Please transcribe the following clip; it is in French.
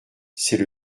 c’est